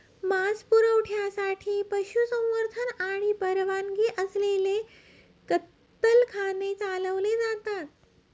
मांस पुरवठ्यासाठी पशुसंवर्धन आणि परवानगी असलेले कत्तलखाने चालवले जातात